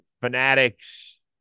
fanatics